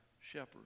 shepherd